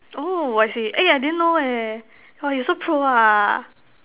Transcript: oh I see eh I didn't know eh oh you so pro ah